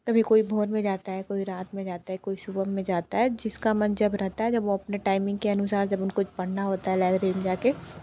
कभी कोई भोर में जाता है कोई रात में जाता है कोई सुबह में जाता है जिसका मन जब रहता है जब वह अपने टाइमिंग के अनुसार जब उनको पढ़ना होता है लाइब्रेरी जाके